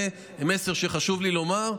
זה מסר שחשוב לי לומר.